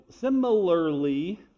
similarly